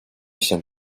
się